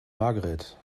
margret